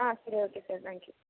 ஆ சரி okay sir thank you